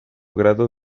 grado